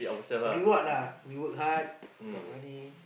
reward lah we work hard got money